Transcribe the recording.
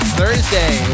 thursday